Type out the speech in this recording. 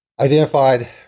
identified